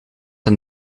een